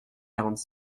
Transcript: quarante